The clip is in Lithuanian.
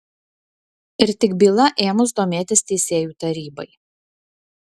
ir tik byla ėmus domėtis teisėjų tarybai